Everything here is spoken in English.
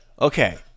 Okay